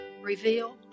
reveal